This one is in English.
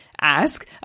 ask